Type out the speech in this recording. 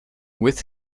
with